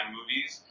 Movies